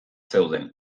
zeuden